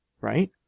Right